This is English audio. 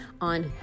on